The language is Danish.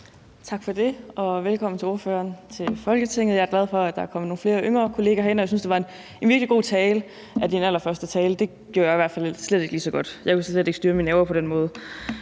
Tak for det, og velkommen til Folketinget til ordføreren. Jeg er glad for, at der er kommet flere yngre kollegaer herind, og jeg synes, det var en virkelig god allerførste ordførertale. Det gjorde jeg i hvert fald slet ikke lige så godt. Jeg kunne slet ikke styre mine nerver på den måde.